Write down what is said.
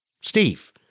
Steve